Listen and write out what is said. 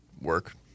work